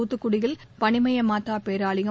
தூத்துக்குடியில் பனிமய மாதா பேராலயம்